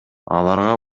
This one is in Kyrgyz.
аларга